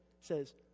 says